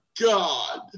god